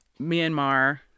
Myanmar